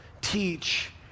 teach